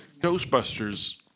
Ghostbusters